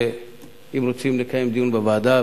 אם רוצים לקיים דיון בוועדה,